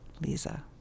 Lisa